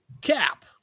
cap